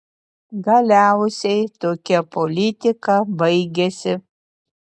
galiausiai tokia politika baigėsi